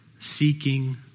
Seeking